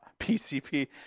PCP